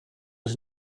was